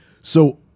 So-